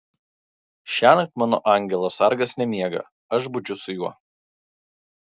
šiąnakt mano angelas sargas nemiega aš budžiu su juo